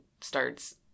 starts